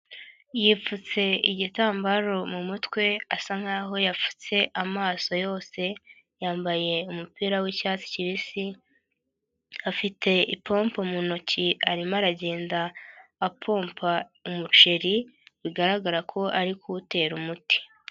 Yipfutse igitambaro mu mutwe, asa nkaho yapfutse amaso yose, yambaye umupira w'icyatsi kibisi, afite ipompo mu ntoki, arimo aragenda apompa umuceri, bigaragara ko ari kuwutera umuti.